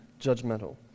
judgmental